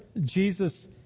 Jesus